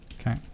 Okay